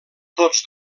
tots